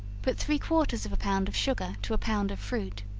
put three-quarters of a pound of sugar to a pound of fruit.